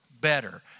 better